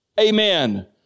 Amen